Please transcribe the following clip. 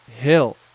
Hill